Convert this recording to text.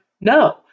no